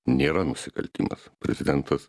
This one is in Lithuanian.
nėra nusikaltimas prezidentas